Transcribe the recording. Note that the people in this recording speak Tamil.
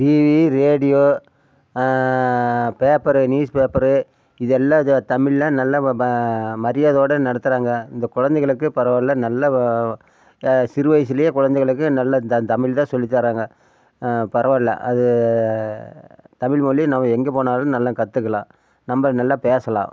TV radio paper newspaper இதெல்லாம் தமிழ்ல நல்லா மரியாதையோட நடத்துகிறாங்க இந்த குழந்தைங்களுக்கு பரவாயில்ல நல்லா சிறுவயசிலையே குழந்தைங்களுக்கு நல்லது தமிழ் தான் சொல்லித்தராங்க பரவாயில்ல அது தமிழ் மொழி நம்ம எங்கே போனாலும் நல்லா கத்துக்கலாம் நம்ம நல்லா பேசலாம்